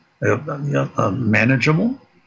manageable